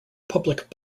public